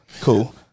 Cool